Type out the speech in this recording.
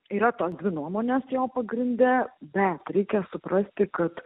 yra tos dvi nuomonės jo pagrinde bet reikia suprasti kad